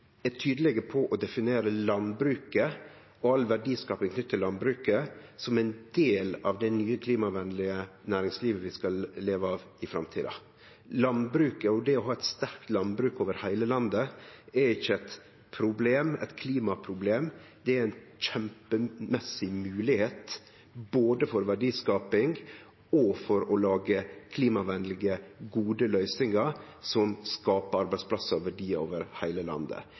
er tydelege på å definere landbruket og all verdiskaping knytt til landbruket som ein del av det nye, klimavennlege næringslivet vi skal leve av i framtida. Landbruket og det å ha eit sterkt landbruk over heile landet er ikkje eit klimaproblem, det er ei kjempemessig moglegheit, både for verdiskaping og for å lage klimavennlege, gode løysingar som skapar arbeidsplassar og verdiar over heile landet.